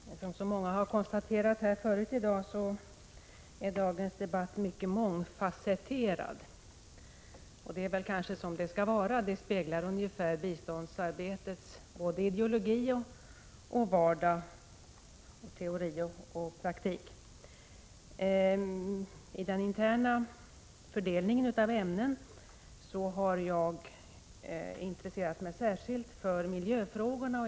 Herr talman! Som många konstaterat är dagens debatt mycket mångfasetterad. Det är kanske så det skall vara. Det speglar ungefär biståndsarbetets ideologi och vardag, teori och praktik. I den interna fördelningen av ämnena har jag intresserat mig särskilt för miljöfrågorna.